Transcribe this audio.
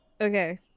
Okay